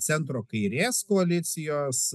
centro kairės koalicijos